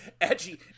edgy